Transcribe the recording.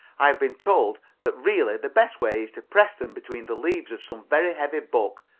i have been told that really the best way is to press them between the leaves of some very heavy book,